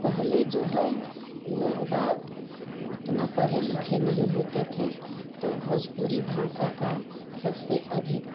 पहले जो है लोग बाग उतना पढे लिखे नहीं होते थे तो भोजपुरी भाषा का सबसे अधिक